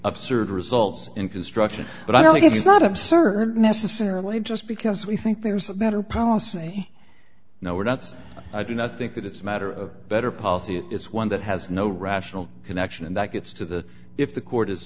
absurd results in construction but i don't think it's not absurd necessarily just because we think there's a better policy now where that's i do not think that it's a matter of better policy it's one that has no rational connection and that gets to the if the court is